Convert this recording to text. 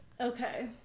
Okay